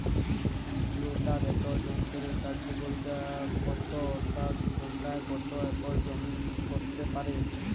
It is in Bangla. রোটাভেটর যন্ত্রের কার্যকারিতা কত অর্থাৎ ঘণ্টায় কত একর জমি কষতে পারে?